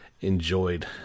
enjoyed